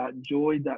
Joy